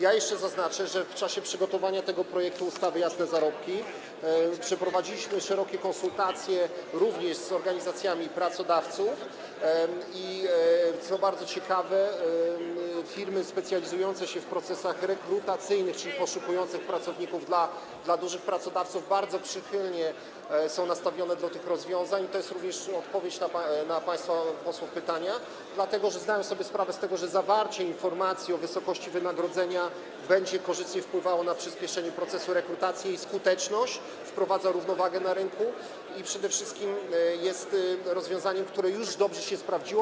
Jeszcze zaznaczę, że w czasie przygotowania projektu ustawy: jasne zarobki przeprowadziliśmy szerokie konsultacje, również z organizacjami pracodawców, i co bardzo ciekawe, firmy specjalizujące się w procesach rekrutacyjnych, czyli poszukujące pracowników dla dużych pracodawców, są bardzo przychylnie nastawione do tych rozwiązań - to jest również odpowiedź na pytania państwa posłów - dlatego że zdają sobie sprawę z tego, że zawarcie informacji o wysokości wynagrodzenia będzie korzystnie wpływało na przyspieszenie procesu rekrutacji i skuteczność, wprowadzi równowagę na rynku i przede wszystkim jest rozwiązaniem, które już dobrze się sprawdziło.